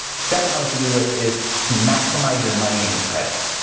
second on the to do list is to maximize your money and your credit.